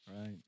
Right